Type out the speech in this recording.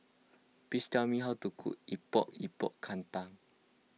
please tell me how to cook Epok Epok Kentang